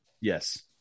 Yes